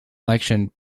election